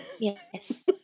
Yes